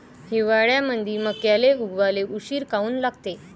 हिवाळ्यामंदी मक्याले उगवाले उशीर काऊन लागते?